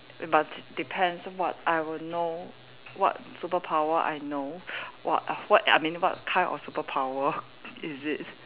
but depends what I will know what superpower I know what what I mean what kind of superpower is it